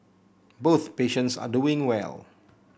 both patients are doing well